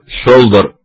shoulder